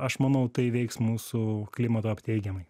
aš manau tai veiks mūsų klimato teigiamai